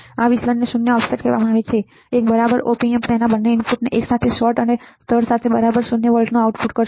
આ વિચલન શૂન્યને ઑફસેટ કહેવામાં આવે છે એક બરાબર op amp તેના બંને ઇનપુટને એકસાથે શોર્ટ અને સ્તર સાથે બરાબર શૂન્ય વોલ્ટનું આઉટપુટ કરશે